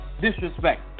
disrespect